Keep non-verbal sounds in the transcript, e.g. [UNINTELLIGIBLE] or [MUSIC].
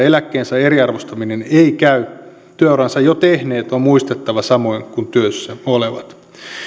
[UNINTELLIGIBLE] eläkkeensaajien eriarvoistaminen ei käy työuransa jo tehneet on muistettava samoin kuin työssä olevat